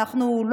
אנחנו,